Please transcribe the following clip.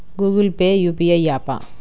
Google Pay UPI య్యాపా?